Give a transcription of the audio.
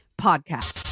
Podcast